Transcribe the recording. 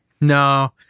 No